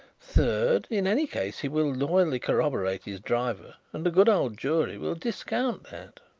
third, in any case he will loyally corroborate his driver and the good old jury will discount that.